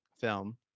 film